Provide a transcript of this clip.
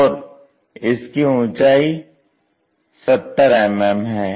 और इसकी ऊंचाई 70 mm है